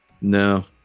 No